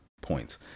points